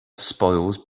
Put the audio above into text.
spoils